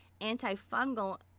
Antifungal